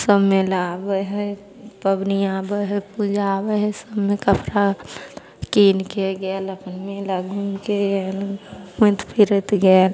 सब मेला आबै हइ पबनी आबै हइ पूजा आबै हइ सबमे कपड़ा किनिके गेल अपन मेला घुमिके आएल घुमैत फिरैत गेल